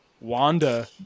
Wanda